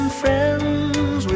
friends